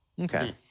Okay